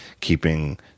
keeping